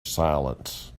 silence